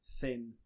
thin